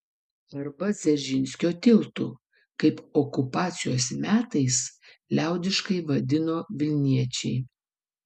arba dzeržinskio tiltu kaip okupacijos metais liaudiškai vadino vilniečiai